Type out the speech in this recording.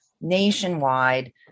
nationwide